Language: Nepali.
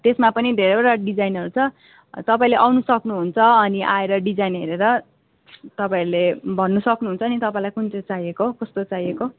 त्यसमा पनि धेरैवटा डिजाइनहरू छ तपाईँले आउनु सक्नुहुन्छ अनि आएर डिजाइन हेरेर तपाईँहरूले भन्नु सक्नुहुन्छ नि तपाईँलाई कुन चाहिँ चाहिएको हो कस्तो चाहिएको